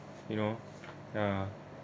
you know ah